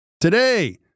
Today